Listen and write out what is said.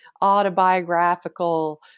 autobiographical